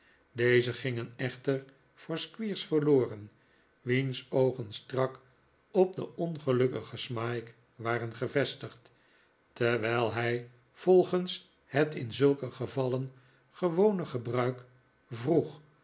deze gingen echter voor squeers verloren wiens oogen strak op den ongelukkigen smike waren gevestigd terwijl hij volgens het in zulke gevallen gewone gebruik vroeg